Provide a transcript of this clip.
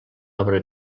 obra